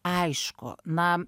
aišku na